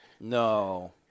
No